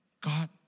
God